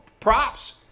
Props